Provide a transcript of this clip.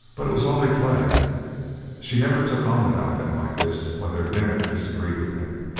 but it was only play she never took on about them like this when their dinner disagreed with them.